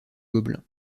gobelins